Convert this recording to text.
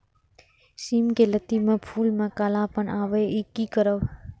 सिम के लत्ती में फुल में कालापन आवे इ कि करब?